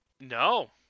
No